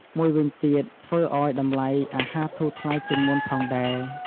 មួយវិញទៀតធ្វើអោយតម្លៃអាហារធូរថ្លៃជាងមុនផងដែរ។